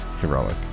heroic